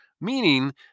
meaning